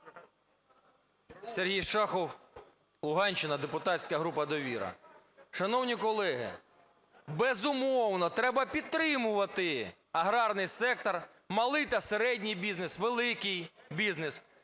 Сергій Шахов, Луганщина, депутатська група "Довіра". Шановні колеги, безумовно треба підтримувати аграрний сектор, малий та середній бізнес, великий бізнес.